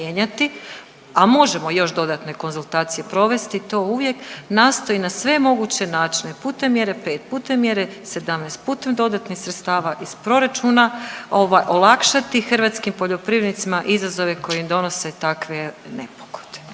a možemo još dodatne konzultacije provesti to uvijek nastoji na sve moguće načine putem mjere 5, putem mjere 17, putem dodatnih sredstava iz proračuna ovaj olakšati hrvatskim poljoprivrednicima izazove koje im donose takve nepogode.